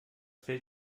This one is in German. fällt